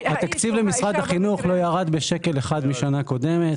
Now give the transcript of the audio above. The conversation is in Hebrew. התקציב במשרד החינוך לא ירד בשקל אחד משנה קודמת